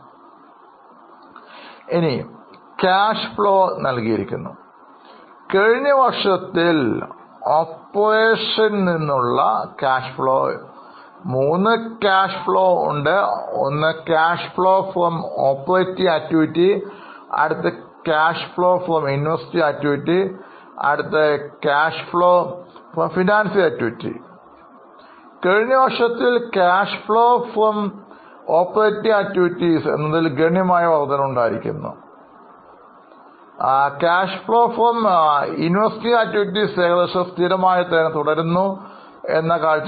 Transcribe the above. ഇപ്പോൾ മൂന്നാം ഭാഗത്തിൽ ക്യാഷ് ഫ്ലോ നൽകിയിട്ടുണ്ട് കഴിഞ്ഞ വർഷത്തിൽ പ്രവർത്തനങ്ങളിൽ നിന്നുള്ള ക്യാഷ് ഫ്ലോ ഗണ്യമായ വർദ്ധനവ് ഉണ്ടായിരിക്കുന്നു നിക്ഷേപങ്ങളിൽ നിന്നുള്ള പണമൊഴുക്ക് ഏകദേശം സ്ഥിരമായി തന്നെ തുടരുന്നതായി കാണാം